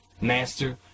Master